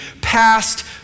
past